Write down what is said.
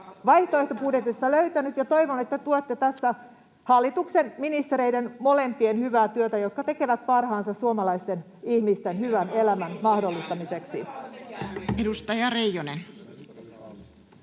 vaihtoehtobudjetistanne löytänyt, ja toivon, että tuette tässä hallituksen ministereiden, molempien, hyvää työtä. He tekevät parhaansa suomalaisten ihmisten hyvän elämän mahdollistamiseksi.